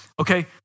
Okay